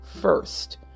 first